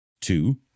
Two